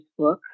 Facebook